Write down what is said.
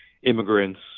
Immigrants